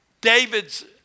David's